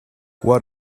what